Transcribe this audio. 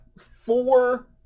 four